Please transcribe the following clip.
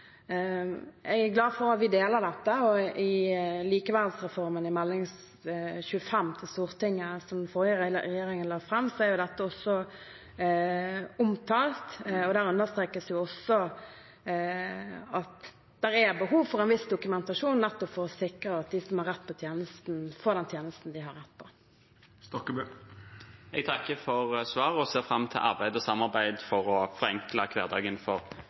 Jeg er glad for at vi deler dette, og i Likeverdsreformen, Meld. St. 25, som den forrige regjeringen la fram, er dette også omtalt. Der understrekes det også at det er behov for en viss dokumentasjon, nettopp for å sikre at de som har rett til tjenesten, får den tjenesten de har rett til. Jeg takker for svaret og ser fram til arbeid og samarbeid for å forenkle hverdagen for